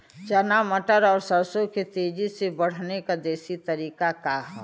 चना मटर और सरसों के तेजी से बढ़ने क देशी तरीका का ह?